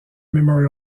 memorial